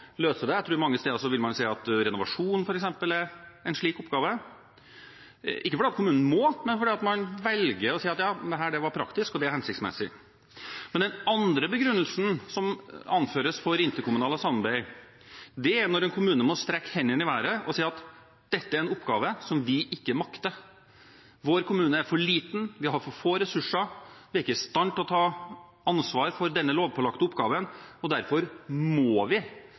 løse det. Jeg tror at mange steder vil man si at renovasjon, f.eks., er en slik oppgave, ikke fordi kommunen må, men fordi man velger å si at dette er praktisk, og det er hensiktsmessig. Men den andre begrunnelsen som anføres for interkommunalt samarbeid, er når en kommune må strekke hendene i været og si at dette er en oppgave som vi ikke makter, vår kommune er for liten, vi har for få ressurser, vi er ikke i stand til å ta ansvar for denne lovpålagte oppgaven, og derfor må vi